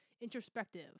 introspective